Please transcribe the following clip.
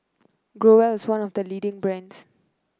growell is one of the leading brands